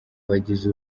bagira